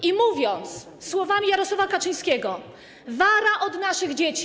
I mówiąc słowami Jarosława Kaczyńskiego: wara od naszych dzieci.